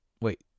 wait